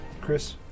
chris